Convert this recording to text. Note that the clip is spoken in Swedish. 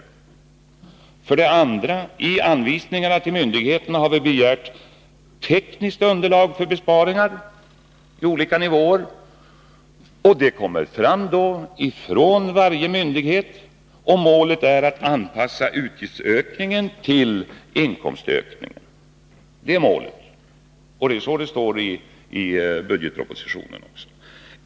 Vidare har vi i anvisningar till myndigheterna begärt tekniskt underlag för besparingar på olika nivåer, och det materialet kommer fram från varje myndighet. Målet är att anpassa utgiftsökningen till inkomstökningen. Det står i budgetpropositionen.